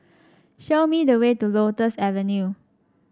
show me the way to Lotus Avenue